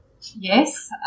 Yes